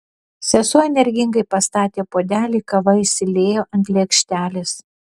sesuo energingai pastatė puodelį kava išsiliejo ant lėkštelės